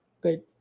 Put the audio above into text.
Good